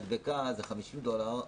מדבקה זה 50 דולר,